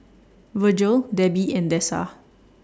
Virgle Debby and Dessa